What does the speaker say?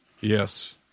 Yes